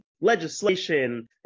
legislation